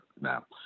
now